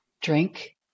drink